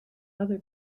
other